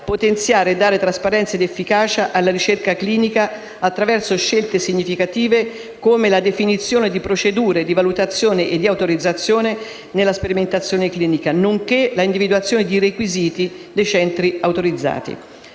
potenziare e dare trasparenza ed efficacia alla ricerca clinica, attraverso scelte significative come la definizione di procedure di valutazione e di autorizzazione nella sperimentazione clinica, nonché l'individuazione dei requisiti dei centri autorizzati,